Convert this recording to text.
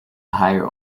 higher